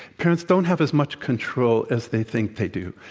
parents don't have as much control as they think they do.